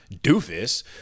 doofus